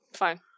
fine